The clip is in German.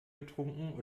getrunken